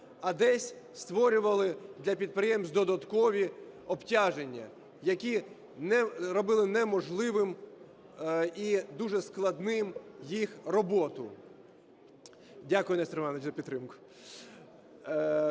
а десь створювали для підприємств додаткові обтяження, які робили неможливою і дуже складною їх роботу. Дякую, Несторе Івановичу, за підтримку.